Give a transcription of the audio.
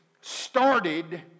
started